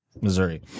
Missouri